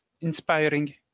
inspiring